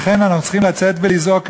לכן אנחנו צריכים לצאת ולזעוק,